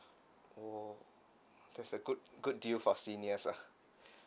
err that's a good good deal for seniors lah